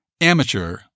amateur